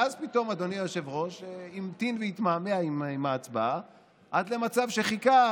ואז פתאום אדוני היושב-ראש המתין והתמהמה עם ההצבעה עד למצב שחיכה,